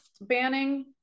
banning